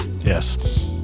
Yes